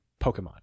pokemon